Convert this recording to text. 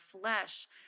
flesh